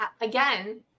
again